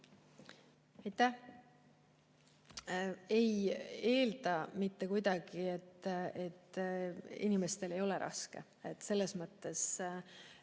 Ei eelda mitte kuidagi, et inimestel ei ole raske. Seda pole